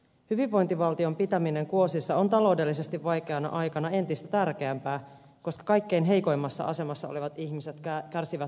hyvinvointivaltion pitäminen kuosissa on taloudellisesti vaikeana aikana entistä tärkeämpää koska kaikkein heikoimmassa asemassa olevat ihmiset kärsivät taantumasta eniten